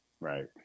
Right